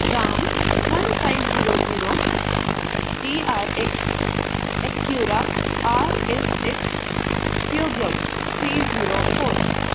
Ram one five zero zero T R X Acura R X X ਫੀਓਗਿਊਟ three zero four